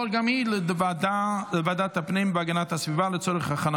אני קובע כי הצעת חוק המקרקעין (תיקון,